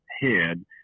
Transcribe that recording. head